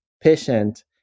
patient